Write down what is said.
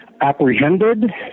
apprehended